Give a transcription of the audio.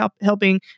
helping